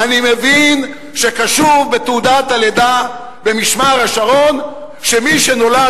אני מבין שכתוב בתעודת הלידה במשמר-השרון שמי שנולד